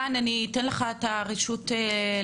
רן, אני אתן לך את הרשות להגיב.